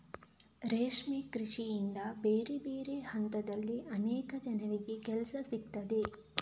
ರೇಷ್ಮೆ ಕೃಷಿಯಿಂದ ಬೇರೆ ಬೇರೆ ಹಂತದಲ್ಲಿ ಅನೇಕ ಜನರಿಗೆ ಕೆಲಸ ಸಿಗ್ತದೆ